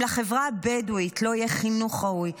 אם לחברה הבדואית לא יהיה חינוך ראוי,